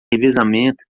revezamento